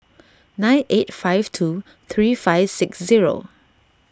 nine eight five two three five six zero